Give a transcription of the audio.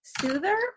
soother